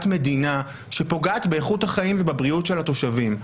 מדינה שפוגעת באיכות החיים ובבריאות של התושבים.